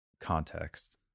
context